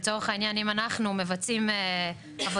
לצורך העניין אם אנחנו מבצעים עבודה